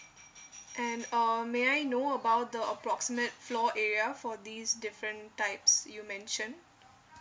and um may I know about the approximate floor area for these different types you mentioned